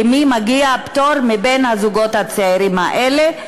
למי מגיע פטור מבין הזוגות הצעירים האלה.